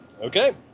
Okay